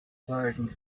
verhalten